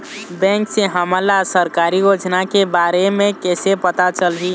Bank से हमन ला सरकारी योजना के बारे मे कैसे पता चलही?